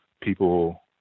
people